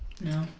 No